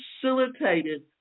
facilitated